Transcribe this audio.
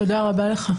תודה רבה לך.